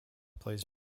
plays